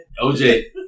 OJ